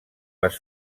les